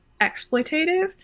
exploitative